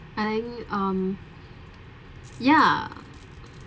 I think um ya